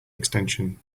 extension